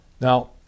Now